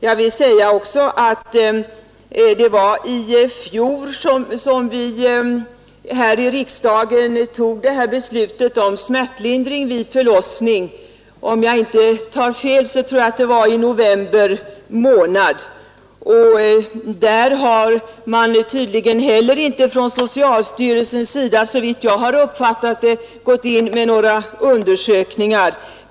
Jag vill också säga att det var i fjol som vi här i riksdagen fattade beslutet om smärtlindring vid förlossning. Om jag inte tar fel var det i november månad. I denna fråga har man inte heller, såvitt jag uppfattat det, gått in med några undersökningar.